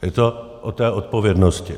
Je to o té odpovědnosti.